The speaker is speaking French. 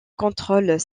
contrôlent